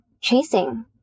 chasing